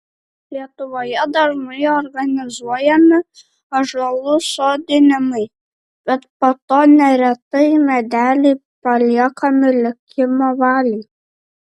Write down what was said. lietuvoje dažnai organizuojami ąžuolų sodinimai bet po to neretai medeliai paliekami likimo valiai